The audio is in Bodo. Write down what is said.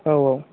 औ औ